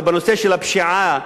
אבל בנושא של הפשיעה,